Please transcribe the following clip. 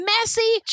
Messy